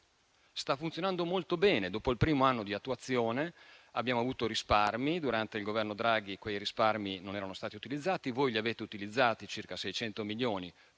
sta funzionando molto bene. Dopo il primo anno di attuazione abbiamo avuto risparmi; durante il Governo Draghi quei risparmi non erano stati utilizzati, mentre voi avete utilizzato circa 600 milioni